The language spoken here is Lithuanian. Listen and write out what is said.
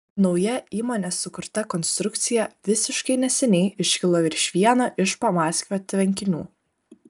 nauja įmonės sukurta konstrukcija visiškai neseniai iškilo virš vieno iš pamaskvio tvenkinių